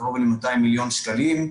בקרוב ל-200 מיליון שקלים.